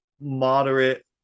moderate